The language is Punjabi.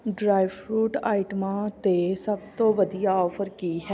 ਡਰਾਏ ਫਰੂਟ ਆਈਟਮਾਂ 'ਤੇ ਸਭ ਤੋਂ ਵਧੀਆ ਅੋਫ਼ਰ ਕੀ ਹੈ